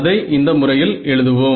அதை இந்த முறையில் எழுதுவோம்